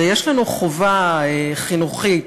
ויש לנו חובה חינוכית,